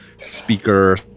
speaker